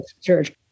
church